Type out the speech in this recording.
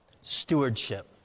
stewardship